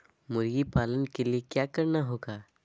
मुर्गी पालन के लिए क्या करना होगा?